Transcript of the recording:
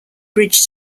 bridge